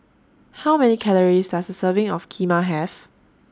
How Many Calories Does A Serving of Kheema Have